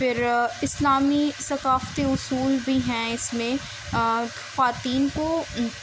پھر اسلامی ثقافتی اصول بھی ہیں اس میں خواتین کو